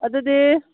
ꯑꯗꯨꯗꯤ